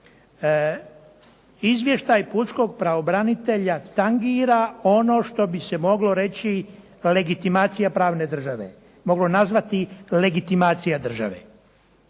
Izvještaj Pučkog pravobranitelja tangira ono što bi se moglo reći legitimacija pravne države, moglo nazvati legitimacija države.